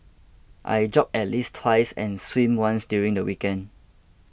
I jog at least twice and swim once during the weekend